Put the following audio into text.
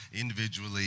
individually